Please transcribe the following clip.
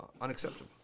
unacceptable